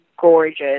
gorgeous